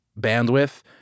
bandwidth